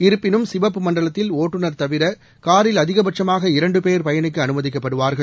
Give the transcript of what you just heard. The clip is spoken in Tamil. இருப்பினும் சிவப்பு மண்டலத்தில் ஒட்டுநர் தவிர காரில் அதிகபட்சமாக இரண்டு பேர் பயணிக்க அனுமதிக்கப்படுவார்கள்